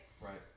right